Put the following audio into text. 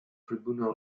tribunal